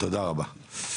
תודה רבה.